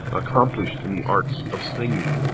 accomplished in the arts of singing,